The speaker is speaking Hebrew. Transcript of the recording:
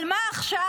אבל מה עכשיו?